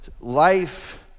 life